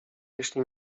jeśli